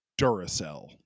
Duracell